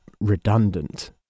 redundant